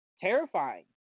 terrifying